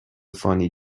funny